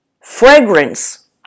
Fragrance